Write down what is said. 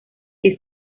que